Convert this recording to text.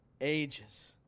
ages